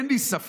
אין לי ספק,